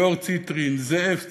ליאור ציטרין, זאב צמח,